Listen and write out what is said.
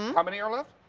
um how many are left?